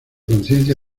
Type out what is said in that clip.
conciencia